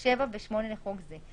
(7) ו-(8) לחוק זה,